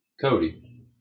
Cody